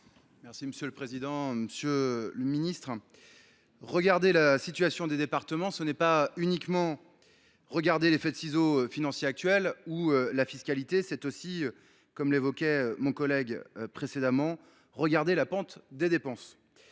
est à M. Grégory Blanc. Monsieur le ministre, regarder la situation des départements, ce n’est pas uniquement s’intéresser à l’effet de ciseaux financier actuel ou à la fiscalité, c’est aussi, comme l’évoquait mon collègue précédemment, considérer la pente des dépenses.